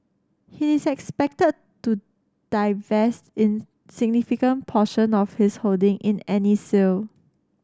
he is expected to divest in significant portion of his holding in any sale